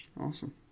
Awesome